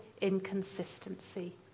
inconsistency